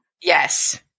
Yes